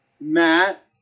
Matt